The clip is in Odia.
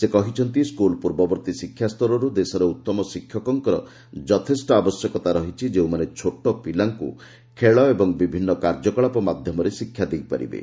ସେ କହିଛନ୍ତି ସ୍କୁଲ୍ ପ୍ରର୍ବବର୍ତ୍ତୀ ଶିକ୍ଷା ସ୍ତରରୁ ଦେଶରେ ଉତ୍ତମ ଶିକ୍ଷକମାନଙ୍କର ଯଥେଷ୍ଟ ଆବଶ୍ୟକତା ରହିଛି ଯେଉଁମାନେ ଛୋଟ ପିଲାମାନଙ୍କୁ ଖେଳ ଓ ବିଭିନ୍ନ କାର୍ଯ୍ୟକଳାପ ମାଧ୍ୟମରେ ଶିକ୍ଷା ଦେଇପାରିବେ